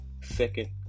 second